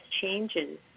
changes